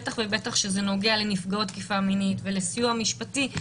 בטח ובטח כשזה נוגע לנפגעות תקיפה מינית ולסיוע משפטי,